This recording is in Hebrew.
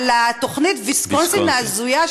על תוכנית ויסקונסין ההזויה,